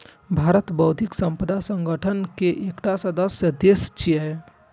भारत बौद्धिक संपदा संगठन के एकटा सदस्य देश छियै